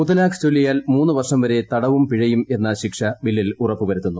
മുത്തലാഖ് ചൊല്പിയാൽ മൂന്ന് വർഷംവരെ തടവും പിഴയും എന്നു ശിക്ഷ ബില്ലിൽ ഉറപ്പ് വരുത്തുന്നു